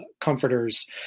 comforters